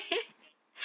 uh